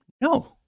No